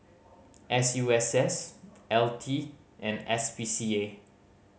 S U S S L T and S P C A